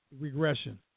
regression